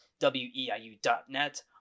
WEIU.net